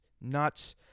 nuts